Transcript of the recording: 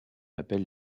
appelle